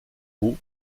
peau